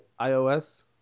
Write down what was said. iOS